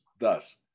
Thus